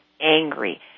angry